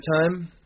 time